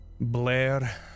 Blair